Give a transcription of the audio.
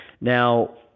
Now